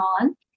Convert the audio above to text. on